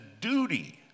duty